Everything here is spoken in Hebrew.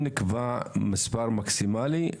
הכנה לקריאה שנייה ושלישית.